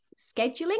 scheduling